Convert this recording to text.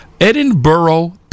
Edinburgh